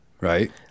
right